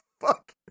fuck